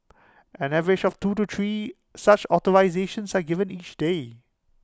an average of two to three such authorisations are given each day